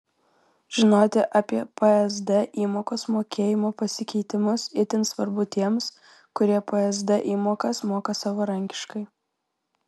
žinoti apie psd įmokos mokėjimo pasikeitimus itin svarbu tiems kurie psd įmokas moka savarankiškai